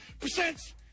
percent